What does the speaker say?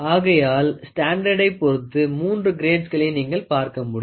ஆகையால் ஸ்டாண்டர்டை பொருத்து மூன்று கிரேட்களை நீங்கள் பார்க்க முடியும்